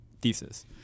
thesis